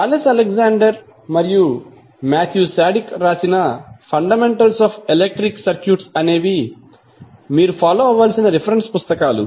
Charles Alexander మరియు Matthew Sadiku రాసిన fundamentals of electric circuits అనేవి మీరు ఫాలో అవ్వాల్సిన రిఫరెన్స్ పుస్తకాలు